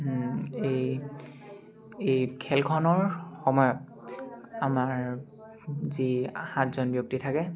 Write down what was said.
এই এই খেলখনৰ সময়ত আমাৰ যি সাতজন ব্যক্তি থাকে